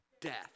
death